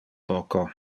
poco